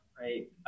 right